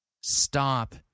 stop